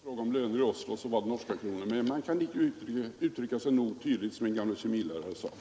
Fru talman! Eftersom det var fråga om löner i Oslo var det norska kronor. Men man kan icke uttrycka sig nog tydligt, som min gamle kemilärare sade.